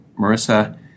Marissa